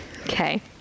okay